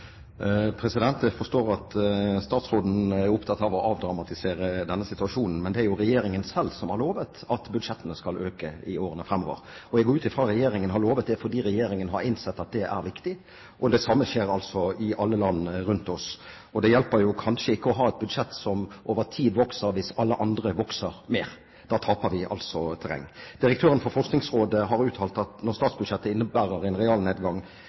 Jeg forstår at statsråden er opptatt av å avdramatisere denne situasjonen, men det er jo regjeringen selv som har lovet at budsjettene skal øke i årene framover. Jeg går ut fra at regjeringen har lovet det fordi regjeringen har innsett at det er viktig, og det samme skjer altså i alle land rundt oss. Det hjelper jo kanskje ikke å ha et budsjett som over tid vokser, hvis alle andre vokser mer – da taper vi altså terreng. Direktøren for Forskningsrådet har uttalt at når statsbudsjettet innebærer en realnedgang